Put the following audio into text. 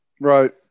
Right